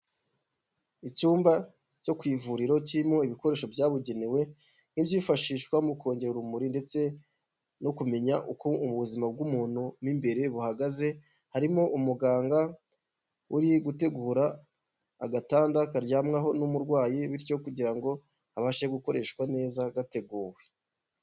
Icyumba cyo ku ivuriro kirimo ibikoresho byabugenewe, nk' ibyifashishwa mu kongera urumuri ndetse no kumenya uko ubuzima bw'umuntu mo imbere buhagaze, harimo umuganga uri gutegura agatanda karyamwaho n'umurwayi, bityo kugira ngo kabashe gukoreshwa neza gateguwe.